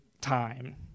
time